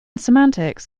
semantics